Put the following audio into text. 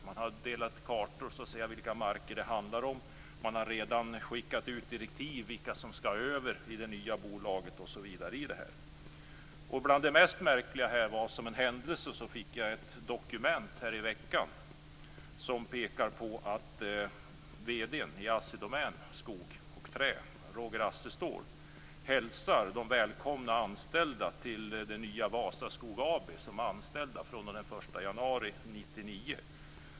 Man har delat ut kartor över vilka marker det handlar. Man har redan skickat ut direktiv om vilka som skall över till det nya bolaget. Som något av det mest märkliga kan jag nämna att jag fick ett dokument i veckan som pekar på att vd-n i fr.o.m. 1 januari 1999.